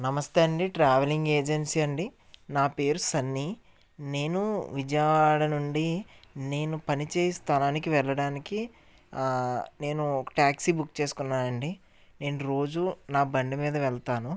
నమస్తే అండి travelling agency అండి నా పేరు సన్నీ నేను విజయవాడ నుండి నేను పనిచేయు స్థలానికి వెళ్ళడానికి నేను ట్యాక్సీ బుక్ చేసుకున్నాను అండి నేను రోజూ నా బండి మీద వెళతాను